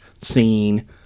scene